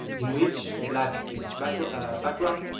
in which black is background, background,